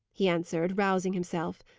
he answered, rousing himself.